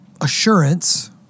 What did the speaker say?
assurance